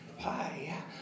pie